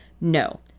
no